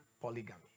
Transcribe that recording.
polygamy